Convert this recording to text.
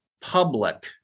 public